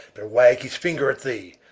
but wag his finger at thee.